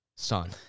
son